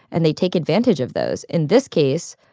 and they take advantage of those. in this case,